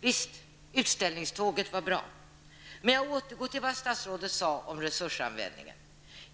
Visst var utställningståget bra. Men jag återgår till vad statsrådet har sagt om resursanvändning.